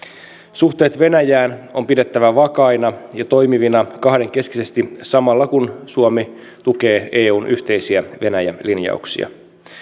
suhteet venäjään on pidettävä vakaina ja toimivina kahdenkeskisesti samalla kun suomi tukee eun yhteisiä venäjä linjauksia